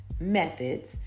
Methods